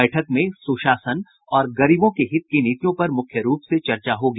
बैठक में सुशासन और गरीबों के हित की नीतियों पर मुख्य रूप से चर्चा होगी